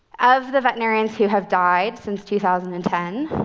of the veterinarians who have died since two thousand and ten,